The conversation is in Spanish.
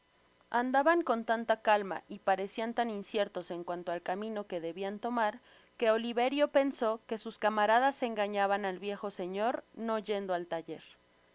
andaban con tanta calma y parecian tan inciertos en cuanto al camino que debian tomar que oliverio pensó que sus camaradas engañaban al viejo señor no yendo al taller